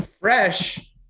Fresh